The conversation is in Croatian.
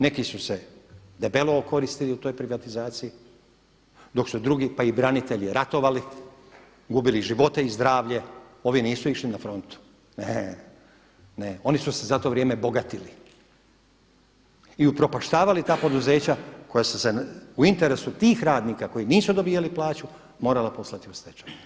Neki su se debelo okoristili u toj privatizaciji dok su drugi, pa i branitelji ratovali, gubili živote i zdravlje, ovi nisu išli na frontu, ne, ne, oni su se za to vrijeme bogatili i upropaštavali ta poduzeća koja su u interesu tih radnika koji nisu dobivali plaću morala poslati u stečaj.